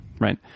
right